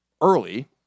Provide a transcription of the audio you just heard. early